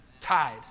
Tied